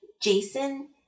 Jason